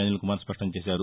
అనిల్ కుమార్ స్పష్టం చేశారు